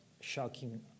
shocking